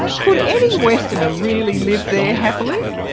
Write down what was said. could any westerner really live there happily?